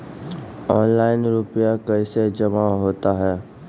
Online रुपये कैसे जमा होता हैं?